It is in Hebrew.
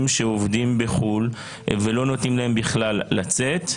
שעובדים בחו"ל ולא נותנים להם בכלל לצאת,